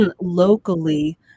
locally